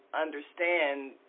understand